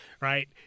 right